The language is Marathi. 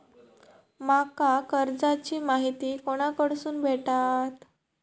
माका कर्जाची माहिती कोणाकडसून भेटात?